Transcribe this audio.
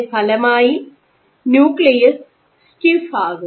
അതിന്റെ ഫലമായി nucleus stiff ആകുന്നു